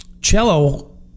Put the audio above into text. Cello